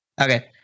Okay